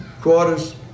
quarters